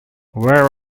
where